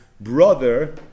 brother